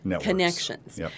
connections